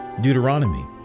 Deuteronomy